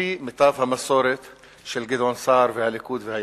על-פי מיטב המסורת של גדעון סער והליכוד והימין.